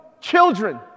children